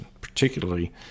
particularly